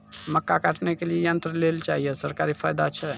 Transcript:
मक्का काटने के लिए यंत्र लेल चाहिए सरकारी फायदा छ?